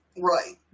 Right